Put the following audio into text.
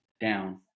down